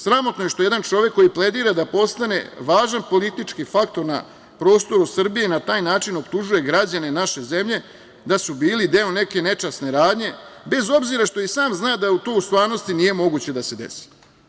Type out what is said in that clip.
Sramotno je što jedan čovek koji pledira da postane važan politički faktor na prostoru Srbije na taj način optužuje građane naše zemlje da su bili deo neke nečasne radnje, bez obzira što i sam zna da to u stvarnosti nije moguće da se desi.